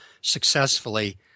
successfully